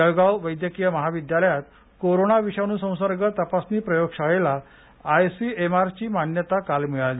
जळगाव वैद्यकीय महाविद्यालयात कोरोना विषाणू संसर्ग तपासणी प्रयोगशाळेला आयसीएमआरची मान्यता काल मिळाली